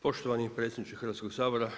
Poštovani predsjedniče Hrvatskog sabora.